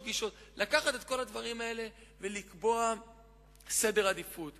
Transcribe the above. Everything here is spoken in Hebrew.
מי דואג לאינטרס של מדינת ישראל?